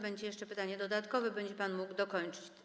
Będzie jeszcze pytanie dodatkowe, po którym będzie pan mógł dokończyć.